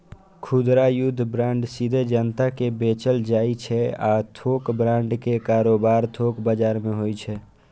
खुदरा युद्ध बांड सीधे जनता कें बेचल जाइ छै आ थोक बांड के कारोबार थोक बाजार मे होइ छै